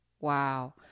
Wow